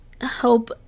help